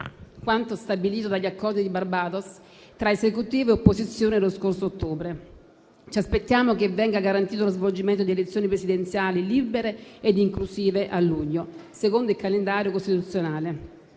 quanto stabilito dagli accordi di Barbados tra Esecutivo e opposizione lo scorso ottobre. Ci aspettiamo che venga garantito lo svolgimento di elezioni presidenziali libere ed inclusive a luglio, secondo il calendario costituzionale.